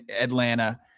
Atlanta